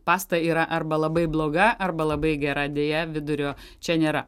pasta yra arba labai bloga arba labai gera deja vidurio čia nėra